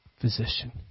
physician